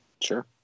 Sure